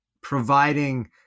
providing